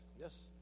Yes